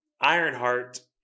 Ironheart